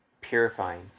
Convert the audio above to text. purifying